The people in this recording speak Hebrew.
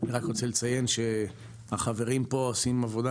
אני רק רוצה לציין שהחברים פה עושים עבודה